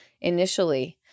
initially